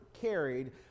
carried